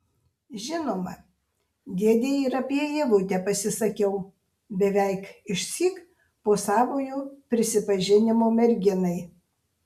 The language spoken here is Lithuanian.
žinoma dėdei ir apie ievutę pasisakiau beveik išsyk po savojo prisipažinimo merginai